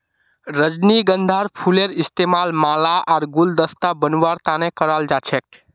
रजनीगंधार फूलेर इस्तमाल माला आर गुलदस्ता बनव्वार तने कराल जा छेक